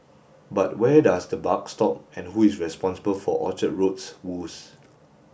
but where does the buck stop and who is responsible for Orchard Road's woes